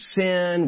sin